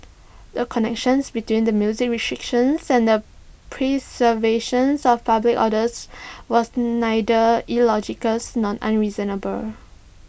the connections between the music restriction and the preservation of public orders was neither illogical nor unreasonable